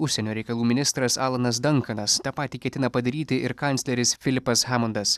užsienio reikalų ministras alanas dankanas tą patį ketina padaryti ir kancleris filipas hamandas